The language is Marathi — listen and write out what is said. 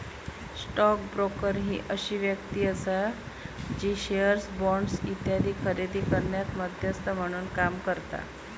स्टॉक ब्रोकर ही अशी व्यक्ती आसा जी शेअर्स, बॉण्ड्स इत्यादी खरेदी करण्यात मध्यस्थ म्हणून काम करता